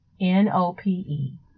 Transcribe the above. N-O-P-E